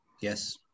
Yes